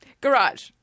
Garage